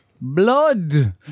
blood